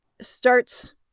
starts